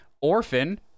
orphan